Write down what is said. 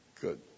Good